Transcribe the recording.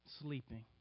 sleeping